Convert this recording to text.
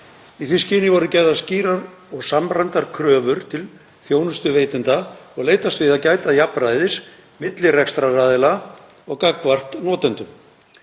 Í því skyni voru gerðar skýrar og samræmdar kröfur til þjónustuveitenda og leitast við að gæta jafnræðis milli rekstraraðila og gagnvart notendum.